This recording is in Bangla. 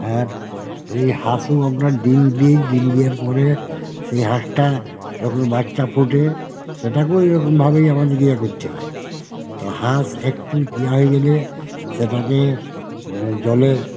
আর এ হাঁসও আপনার ডিম দেই ডিম দেয়ার পরে সেই হাঁসটা যখন বাচ্চা ফোটে সেটাকেও এরকমভাবেই আমাদের এ করতে হয় তো হাঁস একটু ইয়ে হয়ে গেলে সেটাকে জলে